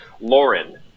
lauren